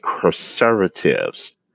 conservatives